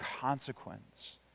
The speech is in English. consequence